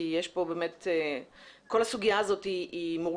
כי כל הסוגיה הזאת מורכבת,